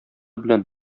белән